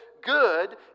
Good